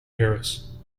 harris